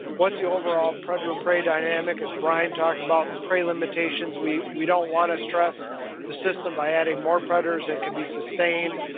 what's the overall predator prey dynamic? as brian talked about the prey limitations, we we don't want to stress the system by adding more predators than and can be sustained.